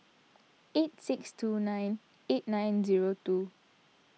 eight six two nine eight nine zero two